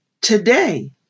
Today